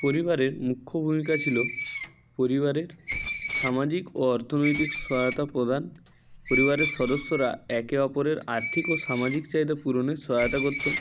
পরিবারের মুখ্য ভূমিকা ছিল পরিবারের সামাজিক ও অর্থনৈতিক সহায়তা প্রদান পরিবারের সদস্যরা একে অপরের আর্থিক ও সামাজিক চাহিদা পূরণে সহায়তা করত